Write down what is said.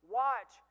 watch